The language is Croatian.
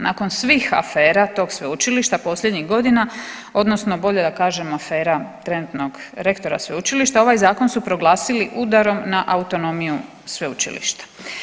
Nakon svih afera tog sveučilišta posljednjih godina odnosno bolje da kažem afera trenutnog rektora sveučilišta ovaj zakon su proglasili udarom na autonomiju sveučilišta.